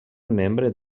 membre